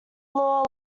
law